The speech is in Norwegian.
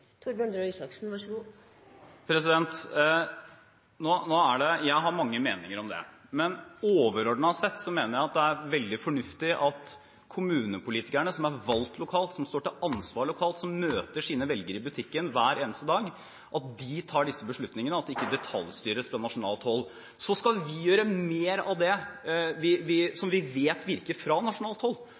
har mange meninger om det, men overordnet sett mener jeg det er veldig fornuftig at kommunepolitikerne – som er valgt lokalt, som står til ansvar lokalt, som møter sine velgere i butikken hver eneste dag – tar disse beslutningene, og at det ikke detaljstyres fra nasjonalt hold. Så skal vi gjøre mer av det som vi